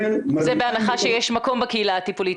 זה בהנחה שיש מקום בקהילה הטיפולית.